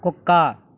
కుక్క